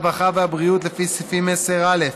הרווחה והבריאות לפי סעיפים 10(א)